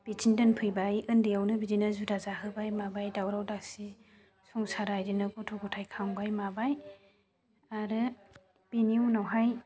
बिदिनो दोनफैबाय उन्दैयावनो बिदिनो जुदा जाहोबाय माबाय दावराव दावसि संसारा बिदिनो गथ' गथाइ खांबाय माबाय आरो बेनि उनावहाय